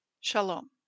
Shalom